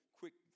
quick